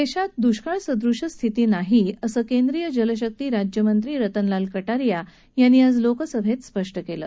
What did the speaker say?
देशात द्ष्काळ सदृश्य स्थिती नाही असं केंद्रीय जलशक्ती राज्यमंत्री रतनलाल कटारिया यांनी आज लोकसभेत स्पष्ट केलं